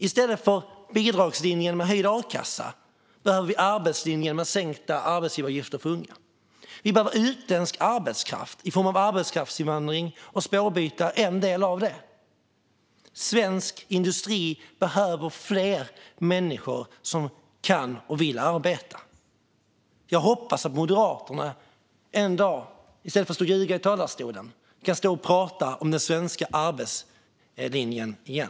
I stället för bidragslinjen med höjd a-kassa behöver vi arbetslinjen med sänkta arbetsgivaravgifter för unga. Vi behöver utländsk arbetskraft i form av arbetskraftsinvandring, och spårbyte är en del av detta. Svensk industri behöver fler människor som kan och vill arbeta. Jag hoppas att Moderaterna en dag, i stället för att stå och ljuga i talarstolen, ska prata om den svenska arbetslinjen igen.